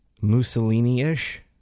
Mussolini-ish